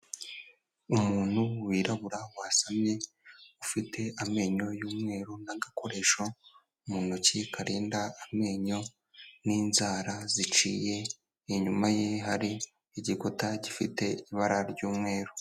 Umuntu wirabura wasamye ufite amenyo y'umweru n'agakoresho mu ntoki karinda amenyo n'inzara ziciye, inyuma ye hari igikuta gifite ibara ry'umweru.